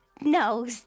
No